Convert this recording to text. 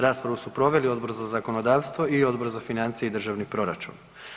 Raspravu su proveli Odbor za zakonodavstvo i Odbor za financije i državni proračun.